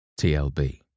TLB